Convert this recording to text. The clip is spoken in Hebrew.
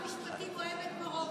אבל שר המשפטים אוהב את מרוקו,